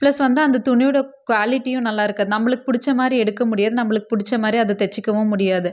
plus வந்து அந்த துணியோடய க்வாலிட்டியும் நல்லா இருக்காது நம்மளுக்கு பிடிச்ச மாதிரி எடுக்க முடியாது நம்மளுக்கு பிடிச்ச மாதிரி அது தைச்சிக்கவும் முடியாது